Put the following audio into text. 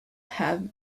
have